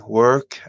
work